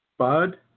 Bud